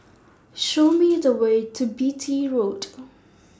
Show Me The Way to Beatty Road